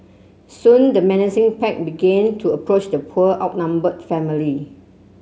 soon the menacing pack begin to approach the poor outnumbered family